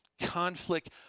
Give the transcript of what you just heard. Conflict